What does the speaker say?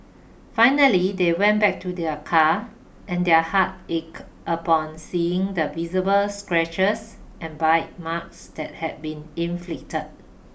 finally they went back to their car and their hearts ached upon seeing the visible scratches and bite marks that had been inflicted